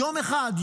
יום אחד,